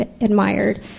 admired